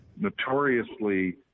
notoriously